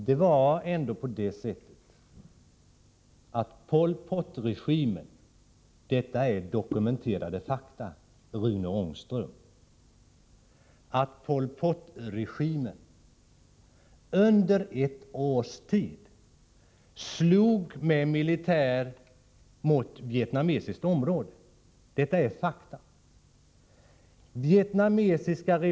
Det är ändå så, att Pol Pot-regimen — och detta är dokumenterade fakta, Rune Ångström — under ett års tid med militärens hjälp slog mot vietnamesiskt område.